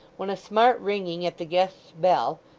when a smart ringing at the guest's bell,